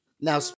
Now